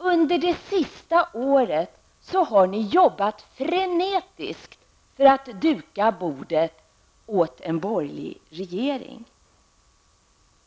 Under det sista året har ni jobbat frenetiskt för att duka bordet åt en borgerlig regering.